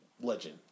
legend